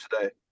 today